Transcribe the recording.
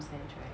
sense right